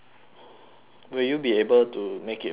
will you be able to make it for penang